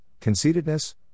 conceitedness